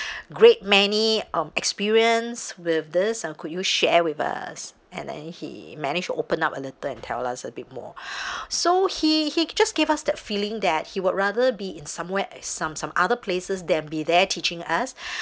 great many of experience with this uh could you share with us and then he managed to open up a little and tell us a bit more so he he just give us that feeling that he would rather be in somewhere at some some other places than be there teaching us